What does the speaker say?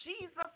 Jesus